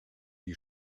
die